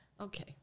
okay